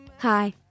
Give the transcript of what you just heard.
Hi